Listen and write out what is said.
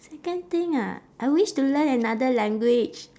second thing ah I wish to learn another language